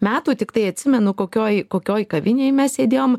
metų tiktai atsimenu kokioj kokioj kavinėj mes sėdėjom